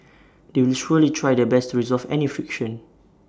they will surely try their best to resolve any friction